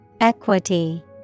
Equity